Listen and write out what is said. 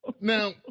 Now